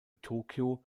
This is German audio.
tokyo